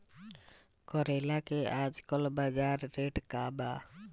करेला के आजकल बजार रेट का बा?